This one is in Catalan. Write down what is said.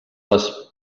les